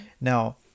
Now